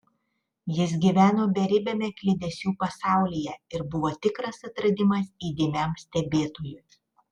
jis gyveno beribiame kliedesių pasaulyje ir buvo tikras atradimas įdėmiam stebėtojui